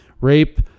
rape